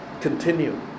Continue